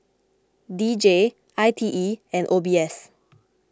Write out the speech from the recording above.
D J I T E and O B S